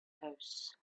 house